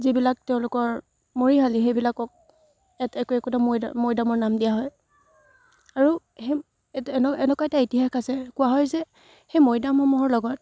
যিবিলাক তেওঁলোকৰ মৰিশালি সেইবিলাকক এট একো একোটা মৈদাম মৈদামৰ নাম দিয়া হয় আৰু সেই এনে এনেকুৱা এটা ইতিহাস আছে কোৱা হয় যে সেই মৈদামসমূহৰ লগত